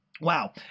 Wow